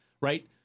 right